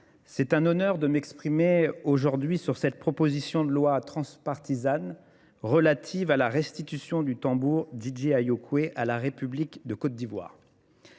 c'est un honneur de m'exprimer aujourd'hui sur cette proposition de loi transpartisane relative à la restitution du tambour DJI-Yokuei à la République de Côte d'Ivoire.